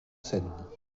saines